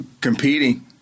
competing